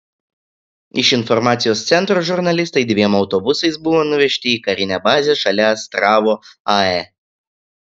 iš informacijos centro žurnalistai dviem autobusais buvo nuvežti į karinę bazę šalia astravo ae